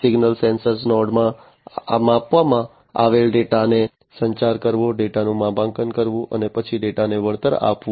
single sensor node માં માપવામાં આવેલ ડેટાને સંચાર કરવો ડેટાનું માપાંકન કરવું અને પછી ડેટાને વળતર આપવું